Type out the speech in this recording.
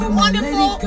wonderful